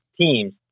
teams